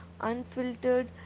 unfiltered